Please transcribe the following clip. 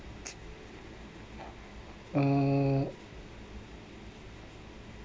uh